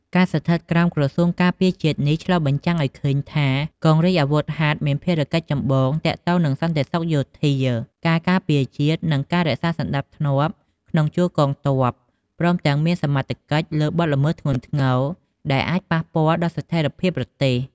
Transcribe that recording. ការស្ថិតក្រោមក្រសួងការពារជាតិនេះ ឆ្លុះបញ្ចាំងឲ្យឃើញថា កងរាជអាវុធហត្ថមានភារកិច្ចចម្បងទាក់ទងនឹងសន្តិសុខយោធា ការការពារជាតិ និងការរក្សាសណ្ដាប់ធ្នាប់ក្នុងជួរកងទ័ព ព្រមទាំងមានសមត្ថកិច្ចលើបទល្មើសធ្ងន់ធ្ងរដែលអាចប៉ះពាល់ដល់ស្ថេរភាពប្រទេស។